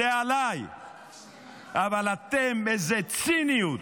אבל אתם, איזו ציניות.